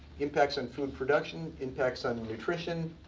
impacts on food production, impacts on nutrition,